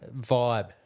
vibe